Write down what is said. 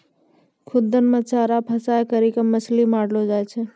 खुद्दन मे चारा फसांय करी के मछली मारलो जाय छै